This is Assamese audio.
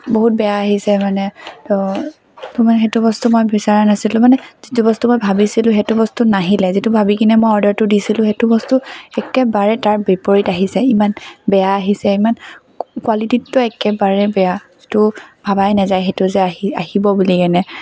বহুত বেয়া আহিছে মানে তহ তহ মানে সেইটো বস্তু মই বিচৰা নাছিলো মানে যিটো বস্তু মই ভাবিছিলো সেইটো বস্তু নাহিলে যিটো ভাবিকিনে মই অৰ্ডাৰটো দিছিলো সেইটো বস্তু একেবাৰে তাৰ বিপৰীত আহিছে ইমান বেয়া আহিছে ইমান কোৱালিটিটো একেবাৰেই বেয়া তহ ভাবাই নেযায় সেইটো যে আহি আহিব বুলি কিনে